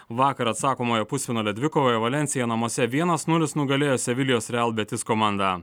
vakar atsakomojo pusfinalio dvikovoje valensija namuose vienas nulis nugalėjo sevilijos real betis komandą